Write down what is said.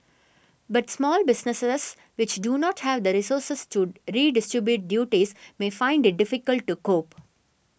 but small businesses which do not have the resources to redistribute duties may find it difficult to cope